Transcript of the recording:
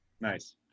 Nice